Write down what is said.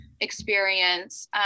experience